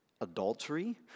adultery